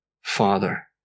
Father